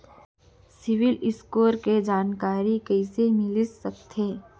CIBIL score के जानकारी कइसे मिलिस सकथे?